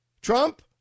Trump